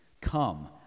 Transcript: Come